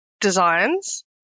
designs